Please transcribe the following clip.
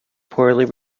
poorly